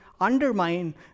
undermine